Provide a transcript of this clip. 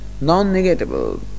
non-negatable